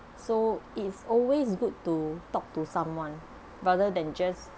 so it's always good to talk to someone rather than just